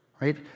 Right